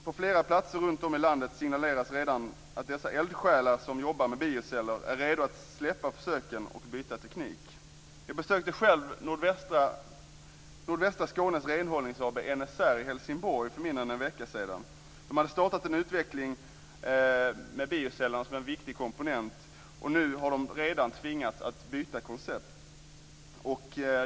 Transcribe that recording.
På flera platser runtom i landet signaleras redan att dessa eldsjälar som jobbar med bioceller är redo att släppa försöken och byta teknik. Jag besökte själv Nordvästra Skånes Renhållnings AB, NSR, i Helsingborg för mindre än en vecka sedan. De hade startat en utveckling med bioceller som en viktig komponent. Nu har de redan tvingats byta koncept.